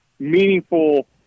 meaningful